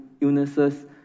illnesses